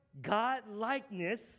God-likeness